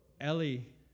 Ellie